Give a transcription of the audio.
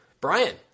Brian –